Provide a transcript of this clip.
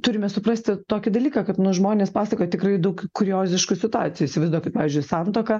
turime suprasti tokį dalyką kad nu žmonės pasakoja tikrai daug kurioziškų situacijų įsivaizduokit pavyzdžiui santuoką